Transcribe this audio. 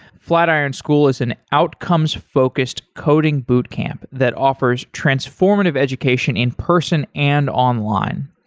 flatiron school is an outcomes-focused coding boot camp that offers transformative education in person and online.